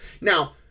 now